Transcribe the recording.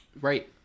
Right